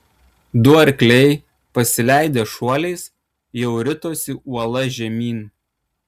du arkliai pasileidę šuoliais jau ritosi uola žemyn